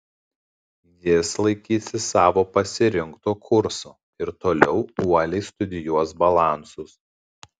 jis laikysis savo pasirinkto kurso ir toliau uoliai studijuos balansus